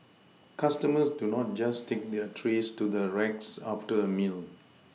customers do not just take their trays to the racks after a meal